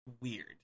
weird